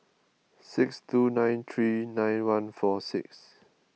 six two nine three nine one four six